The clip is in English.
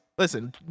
Listen